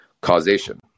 causation